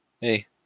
hey